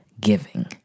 giving